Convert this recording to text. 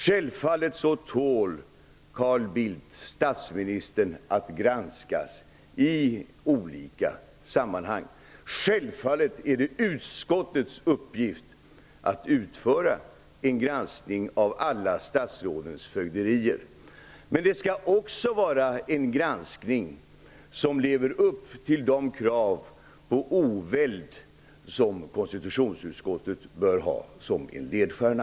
Statsminister Carl Bildt tål självfallet att granskas i olika sammanhang. Det är självfallet utskottets uppgift att utföra en granskning av alla statsrådens fögderier. Men det skall också vara en granskning som lever upp till de krav på oväld som konstitutionsutskottet bör ha som en ledstjärna.